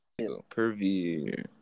Pervy